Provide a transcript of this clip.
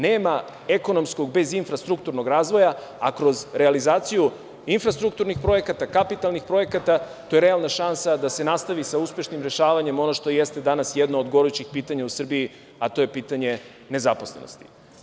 Nema ekonomskog bez infrastrukturnog razvoja, a kroz realizaciju infrastrukturnih projekata, kapitalnih projekata, to je realna šansa da se nastavi sa uspešnim rešavanjem, ono što jeste danas jedno od gorućih pitanja u Srbiji, pitanja nezaposlenosti.